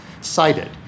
cited